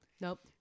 Nope